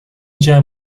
gem